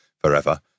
forever